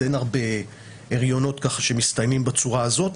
אין הרבה הריונות שמסתיימים בצורה הזאת,